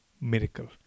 miracle